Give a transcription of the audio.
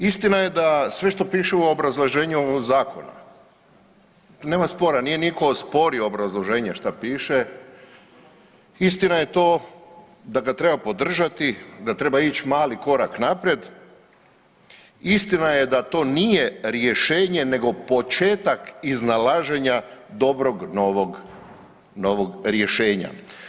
Istina je da sve što piše u obrazloženju zakona nema spora, nije nitko osporio obrazloženje, šta piše, istina je to da ga treba podržati, da treba ići mali korak naprijed, istina je da to nije rješenje nego početak iznalaženja dobrog novog rješenja.